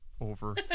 over